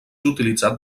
utilitzat